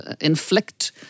inflict